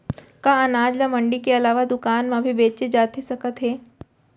का अनाज ल मंडी के अलावा दुकान म भी बेचे जाथे सकत हे?